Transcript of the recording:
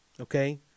okay